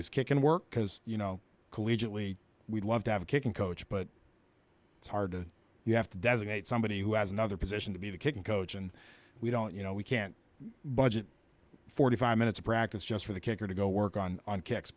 is kicking work because you know collegiately we'd love to have a kicking coach but it's hard to you have to designate somebody who has another position to be the kicking coach and we don't you know we can't budget forty five minutes of practice just for the kicker to go work on on